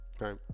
Right